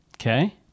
Okay